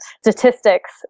statistics